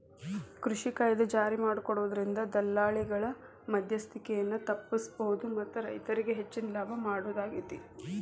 ಕೃಷಿ ಕಾಯ್ದೆ ಜಾರಿಮಾಡೋದ್ರಿಂದ ದಲ್ಲಾಳಿಗಳ ಮದ್ಯಸ್ತಿಕೆಯನ್ನ ತಪ್ಪಸಬೋದು ಮತ್ತ ರೈತರಿಗೆ ಹೆಚ್ಚಿನ ಲಾಭ ಮಾಡೋದಾಗೇತಿ